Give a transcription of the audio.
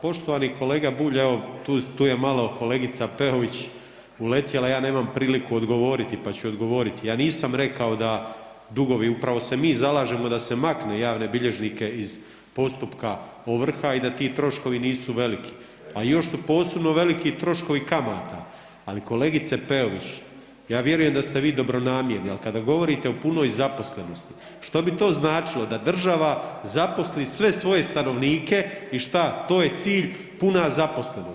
Poštovani kolega Bulj, evo tu je malo kolegica Peović uletjela, ja nemam priliku odgovoriti pa ću joj odgovoriti, ja nisam rekao da dugovi, upravo se mi zalažemo da se makne javne bilježnike iz postupka ovrha i da ti troškovi nisu veliki a još su posebno veliki troškovi kamata ali kolegice Peović, ja vjerujem da ste vi dobronamjerni, ali kada govorite o punoj zaposlenosti, što bi to značilo, da država zaposli sve svoje stanovnike i šta, to je cilj, puna zaposlenost?